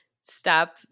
Stop